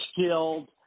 skilled